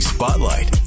Spotlight